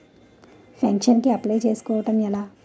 Pension కి apply చేసుకోవడం ఎలా?